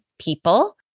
people